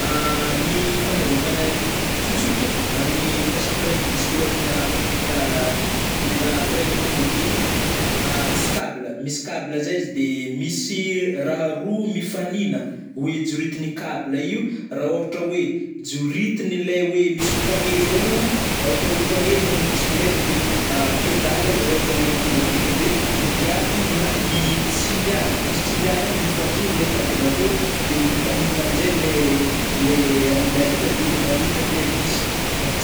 Ny fagnazavagna tsotsotra amin'ny mikasiky frein bisikleta na f- a bi a frein-na tômobily a misy cable - misy cable zay izy de misy raha roa mifanina oe joritigny cable io rah ôhatra oe joritiny lay oe misy poignet zaio rah ôhatra oe poignet izy aminy bisiklete de a pedale izy rah ôhatra oe aminy tomobil a de hidiavignigny na hitsindriagna, izy tsindriagna igny mifanjoro le cable roa de mifanignana amnjaigny le - le aila aila de manindry anle diska mampijanona.